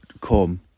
come